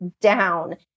down